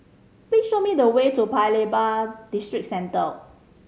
please show me the way to Paya Lebar Districentre